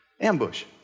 Ambush